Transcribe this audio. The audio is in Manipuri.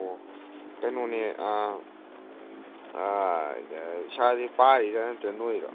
ꯑꯣ ꯀꯩꯅꯣꯅꯦ ꯏꯁꯥꯁꯦ ꯄꯥꯔꯤꯔ ꯅꯠꯇ꯭ꯔ ꯅꯣꯏꯔꯤꯔꯣ